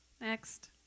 Next